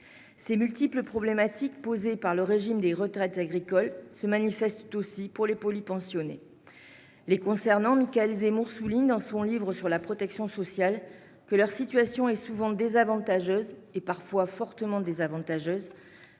Ces multiples problématiques posées par le régime des retraites agricoles se manifestent aussi pour les polypensionnés. Michaël Zemmour souligne, dans son livre sur la protection sociale, que leur situation « est souvent désavantageuse (parfois fortement) car elle